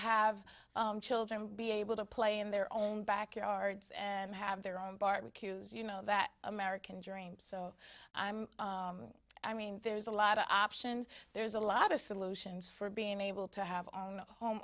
have children be able to play in their own backyards and have their own barbecues you know that american dream so i'm i mean there's a lot of options there's a lot of solutions for being able to have our own home